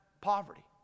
poverty